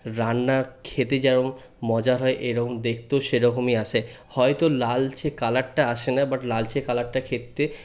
রান্না খেতে যেমন মজা হয় এরকম দেখতেও সেরকমই আসে হয়তো লালচে কালারটা আসে না বাট লালচে কালারটা খেতে